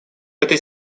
этой